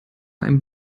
einem